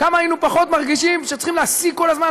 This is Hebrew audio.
כמה היינו פחות מרגישים שצריך להשיג כל הזמן,